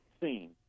seen